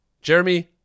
Jeremy